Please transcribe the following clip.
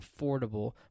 affordable